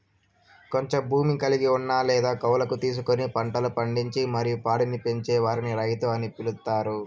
కొంచెం భూమి కలిగి ఉన్న లేదా కౌలుకు తీసుకొని పంటలు పండించి మరియు పాడిని పెంచే వారిని రైతు అని పిలుత్తారు